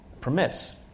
permits